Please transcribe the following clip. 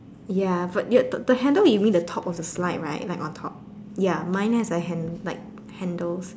ya but yet the handle you mean at the top of the slide right like on top ya mine has a hand like handles